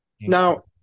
Now